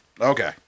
Okay